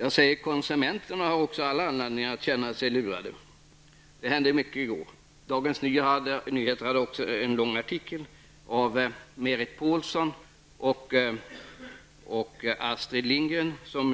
Också konsumenterna har all anledning att känna sig lurade. Det hände mycket i går. Även i Dagens Nyheter fanns en lång artikel om dessa frågor, skriven av Marit Paulsen, Astrid Lindgren -- som